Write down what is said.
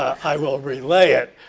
i will relay it.